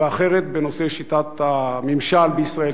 והאחרת בנושא שיטת הממשל בישראל.